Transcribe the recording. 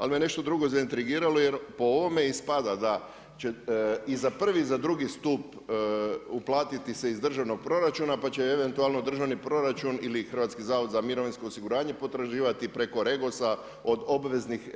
Ali me nešto drugo zaintrigiralo jer po ovome ispada da će i za prvi i za drugi stup uplatiti se iz državnog proračuna pa će eventualno državni proračun ili Hrvatski zavod za mirovinsko osiguranje potraživati preko REGOS-a od obveznih